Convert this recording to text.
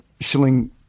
shilling